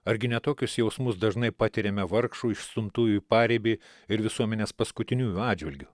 argi ne tokius jausmus dažnai patiriame vargšų išstumtųjų į paribį ir visuomenės paskutiniųjų atžvilgiu